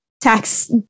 tax